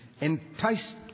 Enticed